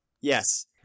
Yes